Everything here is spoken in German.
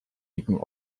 dicken